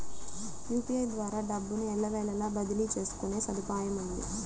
UPI ద్వారా డబ్బును ఎల్లవేళలా బదిలీ చేసుకునే సదుపాయముంది